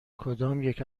کدامیک